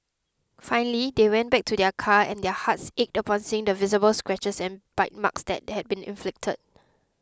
finally they went back to their car and their hearts ached upon seeing the visible scratches and bite marks that had been inflicted